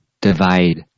divide